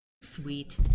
Sweet